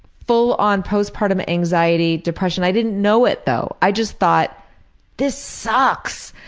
full-on postpartum anxiety depression. i didn't know it, though. i just thought this sucks!